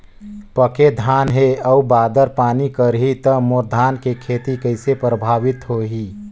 पके धान हे अउ बादर पानी करही त मोर धान के खेती कइसे प्रभावित होही?